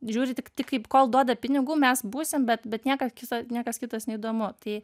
žiūri tik tik kaip kol duoda pinigų mes būsim bet bet nieką kitą niekas kitas neįdomu tai